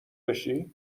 بشی